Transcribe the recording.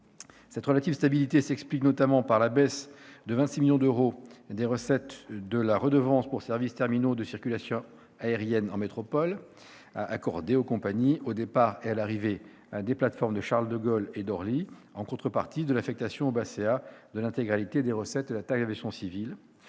Cette relative stabilité s'explique notamment par la baisse de 26 millions d'euros des recettes de la redevance pour services terminaux de la circulation aérienne métropole, la RSTCA-M, accordée aux compagnies au départ et à l'arrivée des plateformes de Paris-Charles-de-Gaulle et de Paris-Orly, en contrepartie de l'affectation au BACEA de l'intégralité des recettes de la taxe de l'aviation civile.